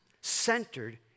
centered